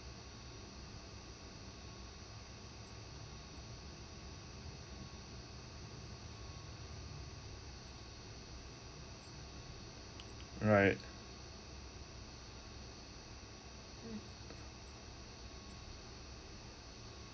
right